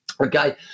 Okay